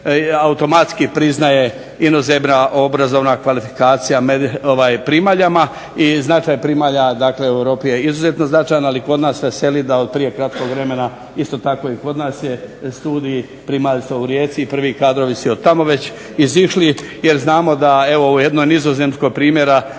automatski priznaje inozemna obrazovna kvalifikacija primaljama i značaj primalja dakle u Europi je izuzetno značajan. Ali kod nas veseli da otprije kratkog vremena isto tako i kod nas je studij primaljstva u Rijeci i prvi kadrovi su i otamo već izišli. Jer znamo da evo u jednoj Nizozemskoj primjera